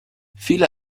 viele